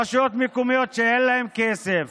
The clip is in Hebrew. רשויות מקומיות שאין להן כסף